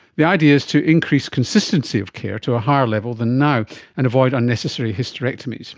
the idea is to increase consistency of care to a higher level than now and avoid unnecessary hysterectomies, so